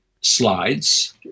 slides